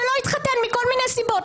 ולא התחתן מכל מיני סיבות,